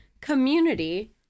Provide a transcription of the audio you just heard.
community